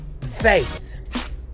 Faith